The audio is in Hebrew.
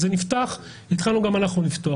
זה נפתח והתחלנו גם אנחנו לפתוח.